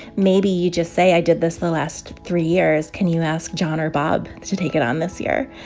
maybe you just say, i did this the last three years. can you ask john or bob to take it on this year?